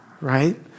right